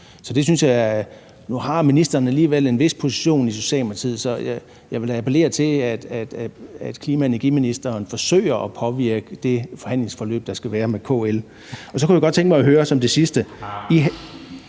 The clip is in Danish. gennemføres. Nu har ministeren alligevel en vis position i Socialdemokratiet, så jeg vil da appellere til, at klima- og energiministeren forsøger at påvirke det forhandlingsforløb, der skal være med KL. Så kunne jeg godt tænke mig at høre som det sidste